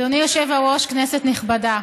אדוני היושב-ראש, כנסת נכבדה,